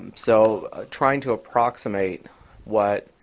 so trying to approximate what